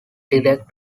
direct